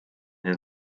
den